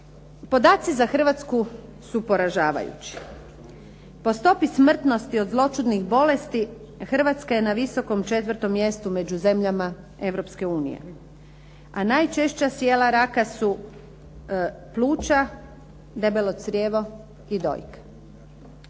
Podaci za Hrvatsku su poražavajući. Po stopi smrtnosti od zloćudnih bolesti Hrvatska je na visokom 4. mjestu među zemljama Europske unije a najčešća sijela raka su pluća, debelo crijevo i dojka.